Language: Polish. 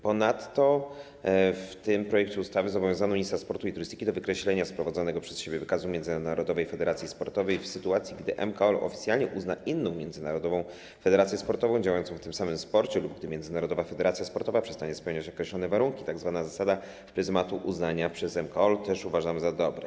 Ponadto w tym projekcie ustawy zobowiązano ministra sportu i turystyki do wykreślenia z prowadzonego przez siebie wykazu międzynarodowej federacji sportowej w sytuacji, gdy MKOL oficjalnie uzna inną międzynarodową federację sportową działającą w tym samym sporcie lub gdy międzynarodowa federacja sportowa przestanie spełniać określone warunki, tzw. zasada prymatu uznania przez MKOL, to też uważam za dobre.